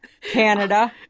Canada